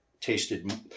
tasted